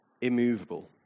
immovable